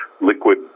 liquid